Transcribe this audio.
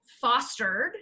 fostered